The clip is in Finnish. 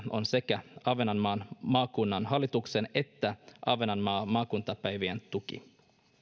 on sekä ahvenanmaan maakunnan hallituksen että ahvenanmaan maakuntapäivien tuki